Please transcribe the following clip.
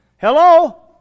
Hello